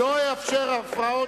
לא אאפשר הפרעות.